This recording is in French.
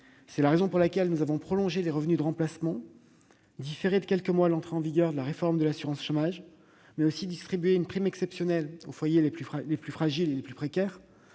C'est la raison pour laquelle nous avons prolongé les revenus de remplacement, différé de quelques mois l'entrée en vigueur de la réforme de l'assurance chômage, mais aussi distribué une prime exceptionnelle aux foyers les plus fragiles et les plus précaires,